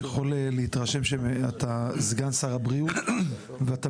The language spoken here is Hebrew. יכול להתרשם שאתה סגן שר הבריאות ואתה